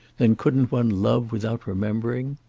then couldn't one love without remembering?